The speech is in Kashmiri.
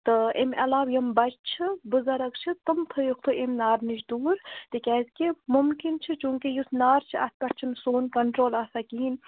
تہٕ اَمۍ علاوٕ یِم بَچہِ چھِ بُزرٕگ چھِ تِم تھٲیوُکھ تُہۍ اَمۍ نارٕ نِش دوٗر تِکیٛازِ کہِ مُمکِن چھُ چوٗنٛکہِ یُس نار چھُ اَتھ پٮ۪ٹھ چھُنہٕ سون کَنٹرٛول آسان کِہیٖنۍ